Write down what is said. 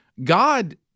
God